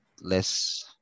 less